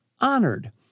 honored